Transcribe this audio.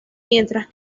mientras